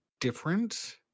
different